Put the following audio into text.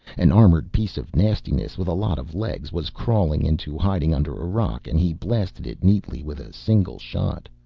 an armored piece of nastiness, with a lot of legs, was crawling into hiding under a rock and he blasted it neatly with a single shot.